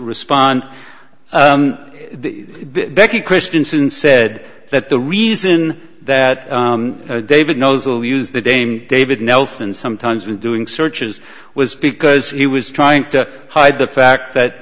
respond becky christiansen said that the reason that david knows will use the dame david nelson sometimes in doing searches was because he was trying to hide the fact that